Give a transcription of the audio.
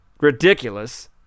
Ridiculous